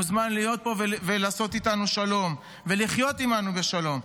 מוזמן להיות פה ולעשות איתנו שלום ולחיות עימנו בשלום.